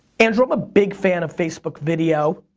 andrew i'm a big fan of facebook video,